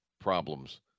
problems